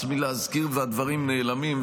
הס מלהזכיר והדברים נעלמים.